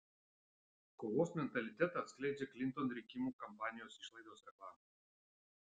kovos mentalitetą atskleidžia klinton rinkimų kampanijos išlaidos reklamai